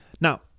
Now